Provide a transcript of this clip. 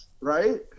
right